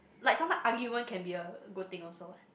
like sometime argument can be a a good thing also what